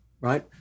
right